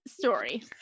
story